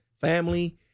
family